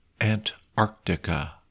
Antarctica